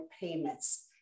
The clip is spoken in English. payments